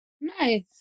nice